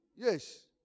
Yes